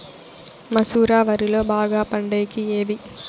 మసూర వరిలో బాగా పండేకి ఏది?